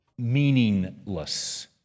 Meaningless